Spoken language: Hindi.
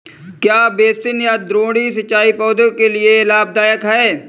क्या बेसिन या द्रोणी सिंचाई पौधों के लिए लाभदायक है?